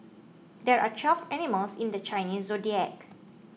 there are twelve animals in the Chinese zodiac